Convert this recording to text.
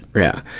yeah.